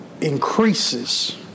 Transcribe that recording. increases